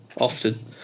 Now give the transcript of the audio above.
often